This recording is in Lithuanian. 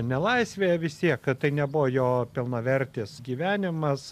nelaisvėje vis tiek kad tai nebuvo jo pilnavertis gyvenimas